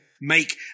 make